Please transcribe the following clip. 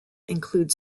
include